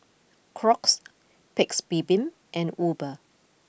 Crocs Paik's Bibim and Uber